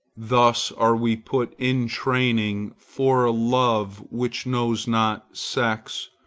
thus are we put in training for a love which knows not sex,